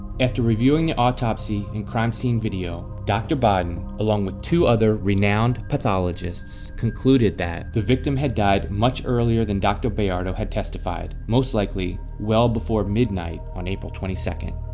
after reviewing the autopsy and crime scene video doctor baden, along with two other renowned pathologists concluded that the victim had died much earlier than doctor bayardo had testified most likely well before midnight on april twenty second.